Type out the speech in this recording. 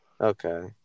Okay